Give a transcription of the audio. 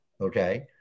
okay